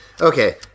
okay